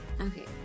Okay